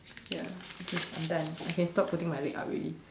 ya okay I'm done I can stop putting my leg up already